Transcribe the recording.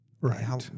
Right